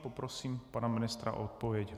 Poprosím pana ministra o odpověď.